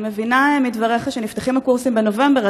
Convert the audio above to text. אני מבינה מדבריך שנפתחים קורסים בנובמבר.